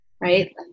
right